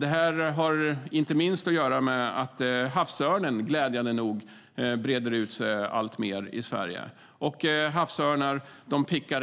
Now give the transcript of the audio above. Detta har inte minst att göra med att havsörnen glädjande nog breder ut sig alltmer i Sverige. Havsörnar pickar